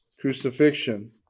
crucifixion